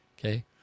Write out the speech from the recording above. Okay